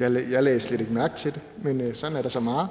Jeg lagde slet ikke mærke til det, men sådan er der så meget.